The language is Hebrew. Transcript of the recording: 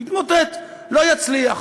יתמוטט, לא יצליח.